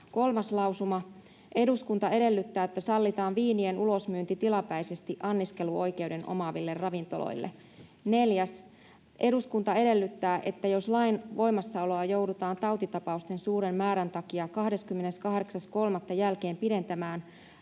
Kolmas lausuma: ”Eduskunta edellyttää, että sallitaan viinien ulosmyynti tilapäisesti anniskeluoikeuden omaaville ravintoloille.” Neljäs: ”Eduskunta edellyttää, että jos lain voimassaoloa joudutaan tautitapausten suuren määrän takia 28.3. jälkeen pidentämään,